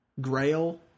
grail